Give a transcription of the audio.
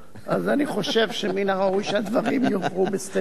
אז אני חושב שמן הראוי שהדברים יועברו בסטנוגרמות.